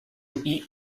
eat